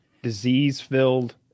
Disease-filled